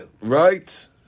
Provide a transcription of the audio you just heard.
Right